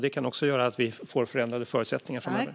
Det kan också leda till förändrade förutsättningar framöver.